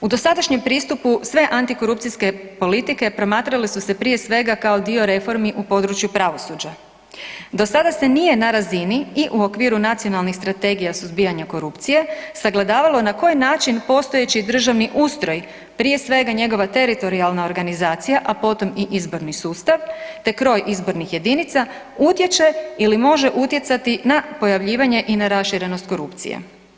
U dosadašnjem pristupu sve antikorupcijske politike promatrale su se prije svega kao dio reformi u području pravosuđa. dosada e nije na razini i u okviru nacionalnih strategija suzbijanja korupcije sagledavalo na koji način postojeći državni ustroj, prije svega njegova teritorijalna organizacija a potom i izborni sustav te kroj izbornih jedinica, utječe ili može utjecati na pojavljivanje i na raširenost korupcije.